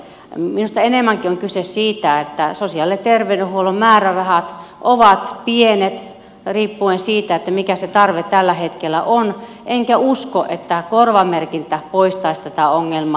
minusta enemmänkin on kyse siitä että sosiaali ja terveydenhuollon määrärahat ovat pienet riippuen siitä mikä se tarve tällä hetkellä on enkä usko että korvamerkintä poistaisi tätä ongelmaa